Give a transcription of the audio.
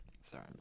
sorry